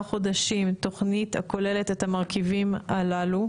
חודשים תוכנית הכוללת את המרכיבים הללו,